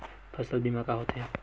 फसल बीमा का होथे?